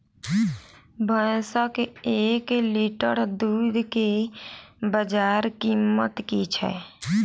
भैंसक एक लीटर दुध केँ बजार कीमत की छै?